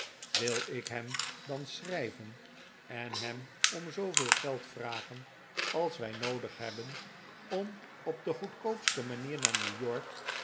wil ik hem dan schrijven en hem om zooveel geld vragen als wij noodig hebben om op de goedkoopste manier naar newyork